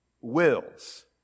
wills